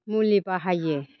मुलि बाहायो